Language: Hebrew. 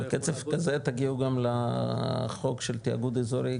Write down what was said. בקצב כזה תגיעו גם לחוק של תאגוד אזורי,